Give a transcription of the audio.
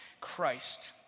Christ